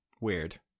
weird